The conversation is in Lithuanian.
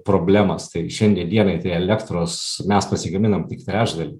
problemas tai šiandie dienai tai elektros mes pasigaminam tik trečdalį